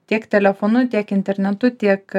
tiek telefonu tiek internetu tiek